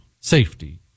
safety